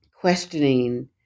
questioning